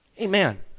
amen